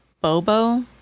Bobo